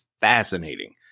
fascinating